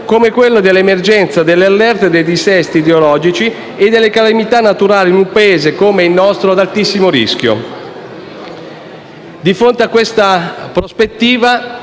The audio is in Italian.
Grazie,